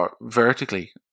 vertically